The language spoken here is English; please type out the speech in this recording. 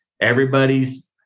everybody's